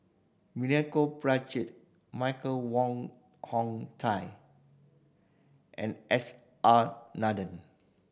Milenko Prvacki Michael Wong Hong Teng and S R Nathan